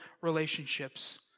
relationships